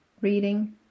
reading